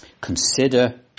Consider